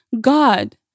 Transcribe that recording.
God